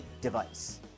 device